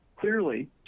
Clearly